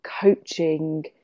coaching